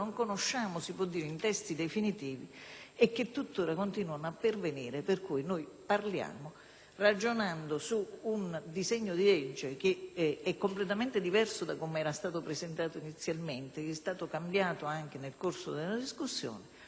ragionando su un disegno di legge che è completamente diverso da com'era stato presentato inizialmente e che è stato cambiato nel corso della discussione, anche con prove di buona volontà da parte di tutti, ma che in effetti viene discusso in queste condizioni